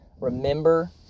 remember